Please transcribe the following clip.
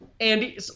Andy